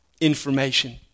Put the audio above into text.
information